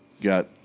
got